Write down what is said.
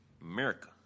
America